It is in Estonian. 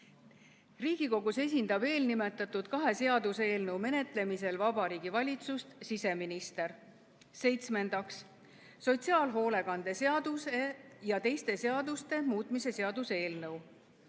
Riigikogus esindab eelnimetatud kahe seaduseelnõu menetlemisel Vabariigi Valitsust siseminister. Seitsmendaks, sotsiaalhoolekande seaduse ja teiste seaduste muutmise seaduse eelnõu.